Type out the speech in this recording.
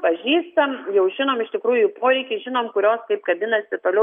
pažįstam jau žinom iš tikrųjų jų poreikį žinom kurios kaip kabinasi toliau